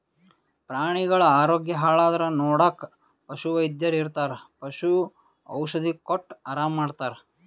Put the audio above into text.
ಪ್ರಾಣಿಗಳ್ ಆರೋಗ್ಯ ಹಾಳಾದ್ರ್ ನೋಡಕ್ಕ್ ಪಶುವೈದ್ಯರ್ ಇರ್ತರ್ ಪಶು ಔಷಧಿ ಕೊಟ್ಟ್ ಆರಾಮ್ ಮಾಡ್ತರ್